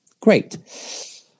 great